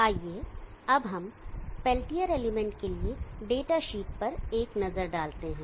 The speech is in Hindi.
आइए अब हम पेल्टियर एलिमेंट के लिए डेटा शीट पर एक नजर डालते हैं